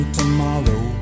tomorrow